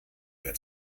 mehr